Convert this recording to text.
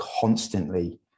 constantly